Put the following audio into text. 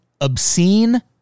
obscene